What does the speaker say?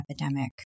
epidemic